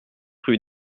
rue